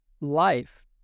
life